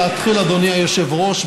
אדוני היושב-ראש,